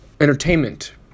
entertainment